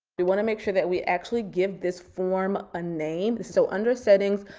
we wanna make sure that we actually give this form a name. so under settings,